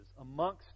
amongst